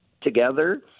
together